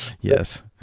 Yes